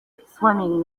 swimming